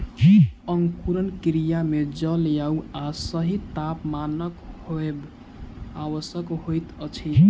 अंकुरण क्रिया मे जल, वायु आ सही तापमानक होयब आवश्यक होइत अछि